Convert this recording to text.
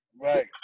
Right